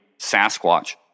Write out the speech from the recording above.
Sasquatch